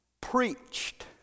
preached